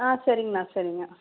ஆ சரிங்கண்ணா சரிண்ணா